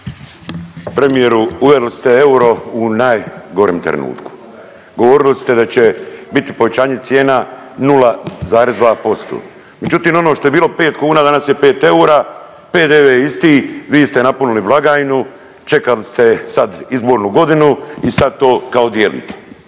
Premijeru, uveli ste euro u najgorem trenutku, govorili ste da će biti povećanje cijena 0,2%, međutim ono što je bilo 5 kuna danas je 5 eura, PDV je isti, vi ste napunili blagajnu, čekali ste sad izbornu godinu i sad to kao dijelite,